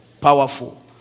Powerful